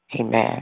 Amen